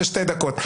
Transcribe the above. לשתי דקות.